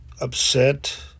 upset